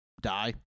die